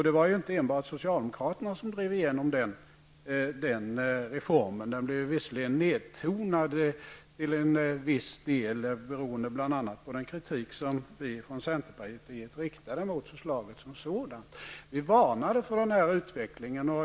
Det var inte enbart socialdemokraterna som drev igenom den reformen. Den blev visserligen nedtonad till viss del, bl.a. beroende på kritik som vi från centerpartiet riktade mot förslaget. Vi varnade för denna utveckling.